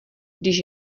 když